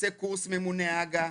עושה קורס ממונה הג"א,